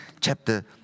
chapter